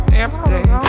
empty